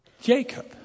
Jacob